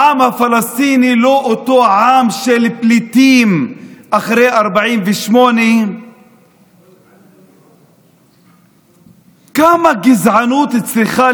העם הפלסטיני הוא לא אותו העם של פליטים אחרי 48'. כמה גזענות צריכה